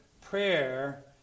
prayer